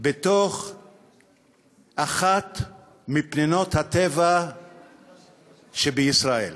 בתוך אחת מפנינות הטבע שבישראל.